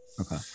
Okay